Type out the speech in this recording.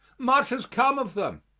much has come of them.